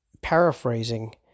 paraphrasing